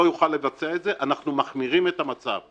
יוכל לבצע את זה - אנחנו מחמירים את המצב.